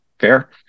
fair